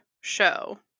show